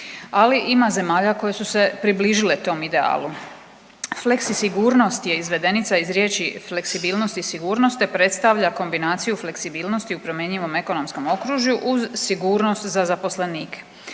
ali ima zemalja koje su se približile tom idealu. Fleksi sigurnost je izvedenica iz riječi fleksibilnost i sigurnost, te predstavlja kombinaciju fleksibilnosti u promjenjivom ekonomskom okružju uz sigurnost za zaposlenike.